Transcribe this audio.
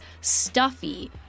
stuffy